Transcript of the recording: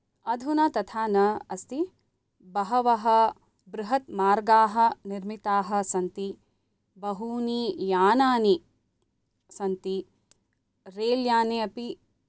अधुना तथा न अस्ति बहवः बृहत् मार्गाः निर्मिताः सन्ति बहूनि यानानि सन्ति रेल्याने अपि